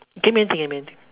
it can be anything anything